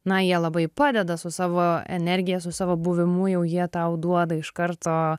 na jie labai padeda su savo energija su savo buvimu jau jie tau duoda iš karto